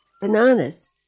bananas